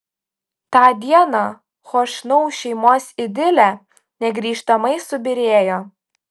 tą dieną chošnau šeimos idilė negrįžtamai subyrėjo